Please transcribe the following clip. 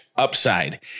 upside